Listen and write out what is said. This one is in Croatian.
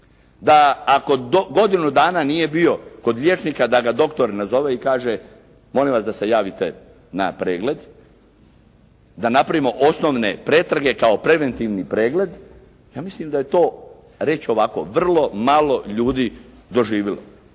da ako godinu dana nije bio kod liječnika da ga doktor nazove i kaže, molim vas da se javite na pregled, da napravimo osnovne pretrage kao preventivni pregled. Ja mislim da je to, reći ću ovako vrlo malo ljudi doživjelo.